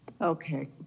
Okay